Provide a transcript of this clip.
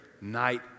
night